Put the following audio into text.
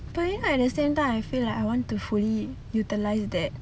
but then like at the same time I feel like I want to fully utilise that